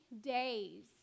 days